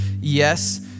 yes